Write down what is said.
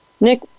Nick